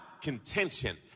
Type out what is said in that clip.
contention